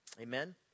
Amen